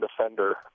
defender